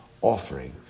offering